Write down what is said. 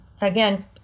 again